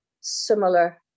similar